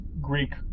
Greek